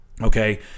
okay